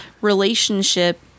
relationship